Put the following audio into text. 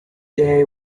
day